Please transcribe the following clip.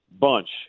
bunch